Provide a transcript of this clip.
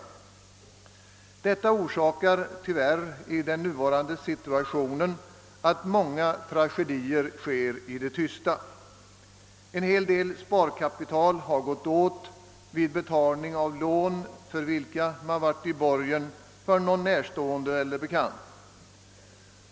Detta orsakar tyvärr i den nuvarande situationen att många tragedier sker i det tysta. En hel del sparkapital har gått åt vid betalning av lån för vilka man varit i borgen för någon närstående eller bekant.